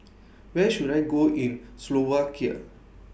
Where should I Go in Slovakia